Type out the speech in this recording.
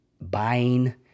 buying